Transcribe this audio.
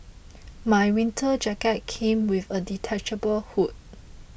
my winter jacket came with a detachable hood